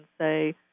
say